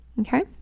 okay